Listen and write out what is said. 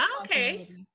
okay